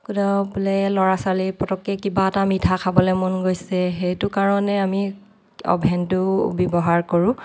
বোলে ল'ৰা ছোৱালীৰ পটককে কিবা এটা মিঠা খাবলে মন গৈছে সেইটো কাৰণে আমি অ'ভেনটো ব্যৱহাৰ কৰোঁ